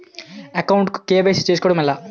Account కు KYC చేసుకోవడం ఎలా?